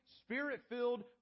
spirit-filled